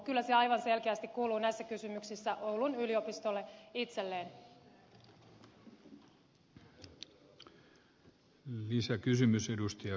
kyllä se aivan selkeästi kuuluu näissä kysymyksissä oulun yliopistolle itselleen